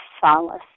solace